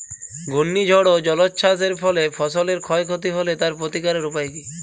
ঘূর্ণিঝড় ও জলোচ্ছ্বাস এর ফলে ফসলের ক্ষয় ক্ষতি হলে তার প্রতিকারের উপায় কী?